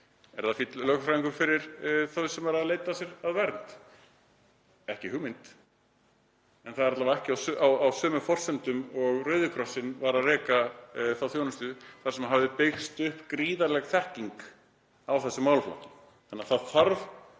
Er það fínn lögfræðingur fyrir þá sem eru að leita sér að vernd? Ekki hugmynd, en það er alla vega ekki á sömu forsendum og Rauði krossinn rak þá þjónustu þar sem hafði byggst upp gríðarleg þekking á þessum málaflokki. Þannig að það þarf